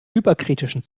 überkritischen